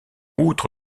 outre